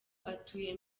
atuye